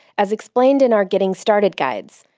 as explained in our getting started guides.